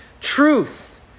truth